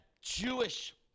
Jewish